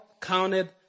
counted